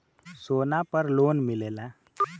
सोना पर लोन मिलेला?